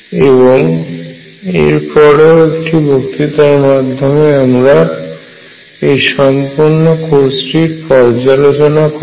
এবং এর পরেও একটি বক্তৃতায় আমরা এই সম্পূর্ণ কোর্সটির পর্যালোচনা করব